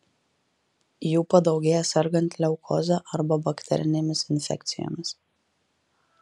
jų padaugėja sergant leukoze arba bakterinėmis infekcijomis